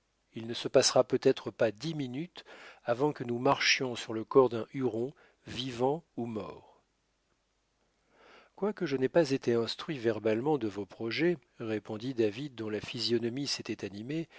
il ne se passera peut-être pas dix minutes avant que nous marchions sur le corps d'un huron vivant ou mort quoique je n'aie pas été instruit verbalement de vos projets répondit david dont la physionomie s'était animée